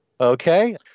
Okay